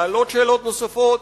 להעלות שאלות נוספות